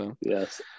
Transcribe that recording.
Yes